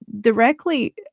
directly